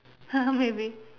maybe